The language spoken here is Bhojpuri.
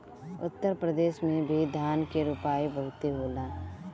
उत्तर प्रदेश में भी धान के रोपाई बहुते होला